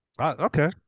okay